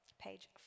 page